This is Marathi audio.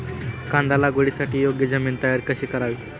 कांदा लागवडीसाठी योग्य जमीन तयार कशी करावी?